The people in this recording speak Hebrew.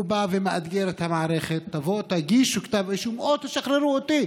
הוא בא ומאתגר את המערכת: תבואו ותגישו כתב אישום או תשחררו אותי.